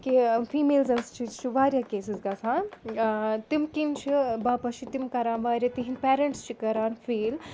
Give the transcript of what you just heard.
کہِ فیٖمیلزَن وارِیاہ کیسِز گَژھان تِم کِنۍ چھِ باپَتھ چھِ تِم کَران وارِیاہ تِہِنٛد پٮ۪رَنٹٕس چھِ کَران فیٖل